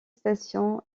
stations